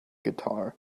guitar